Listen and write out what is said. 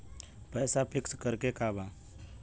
पैसा पिक्स करके बा?